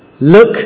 Look